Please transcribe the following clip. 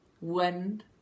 wind